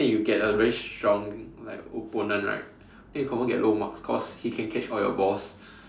then if you get a very strong like opponent right then you confirm get low marks cause he can catch all your balls